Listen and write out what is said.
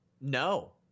No